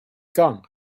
gun